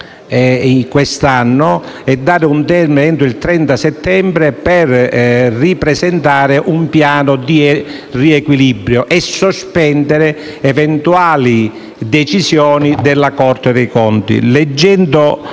quest'anno e fissare il termine del 30 settembre per ripresentare un piano di riequilibrio, sospendendo eventuali decisioni della Corte dei conti.